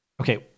okay